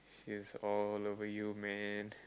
she's all over you man